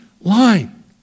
line